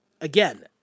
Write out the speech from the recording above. again